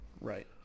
right